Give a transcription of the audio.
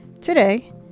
Today